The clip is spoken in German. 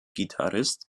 gitarrist